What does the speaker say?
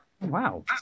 Wow